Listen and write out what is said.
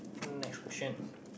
next question